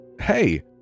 Hey